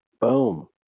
boom